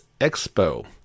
expo